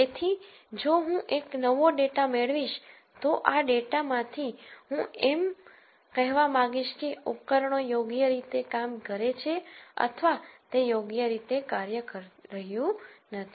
તેથી જો હું એક નવો ડેટા મેળવીશ તો આ ડેટા માંથી હું એમ કહેવા માંગીશ કે ઉપકરણો યોગ્ય રીતે કામ કરે છે અથવા તે યોગ્ય રીતે કાર્ય કરી રહ્યું નથી